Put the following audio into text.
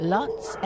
Lots